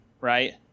right